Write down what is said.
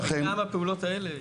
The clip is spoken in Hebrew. והפעולות האלה יתפצלו,